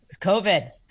COVID